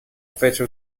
fece